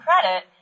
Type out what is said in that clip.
credit